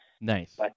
Nice